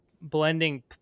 blending